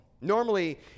Normally